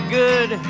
good